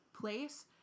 place